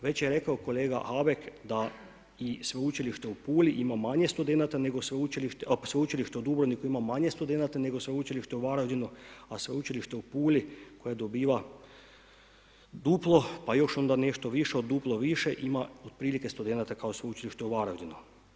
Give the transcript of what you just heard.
Već je rekao kolega Habek da i sveučilište u Puli ima manje studenata, sveučilište u Dubrovniku ima manje studenata nego sveučilište u Varaždinu, a sveučilište u Puli, koje dobiva duplo, pa još onda nešto više od duplo više ima otprilike studenata kao sveučilište u Varaždinu.